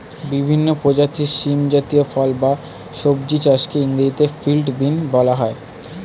বিভিন্ন প্রজাতির শিম জাতীয় ফল বা সবজি চাষকে ইংরেজিতে ফিল্ড বিন বলা হয়